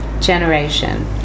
generation